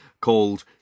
called